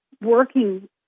working